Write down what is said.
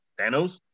Thanos